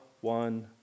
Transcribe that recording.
one